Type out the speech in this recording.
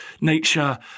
nature